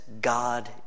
God